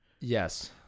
Yes